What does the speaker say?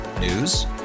News